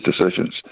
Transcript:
decisions